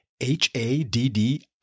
H-A-D-D